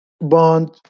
bond